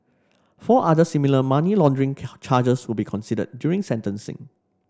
four other similar money laundering charges will be considered during sentencing